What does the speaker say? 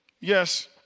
Yes